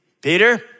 Peter